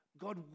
God